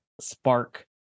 spark